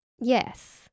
yes